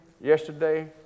yesterday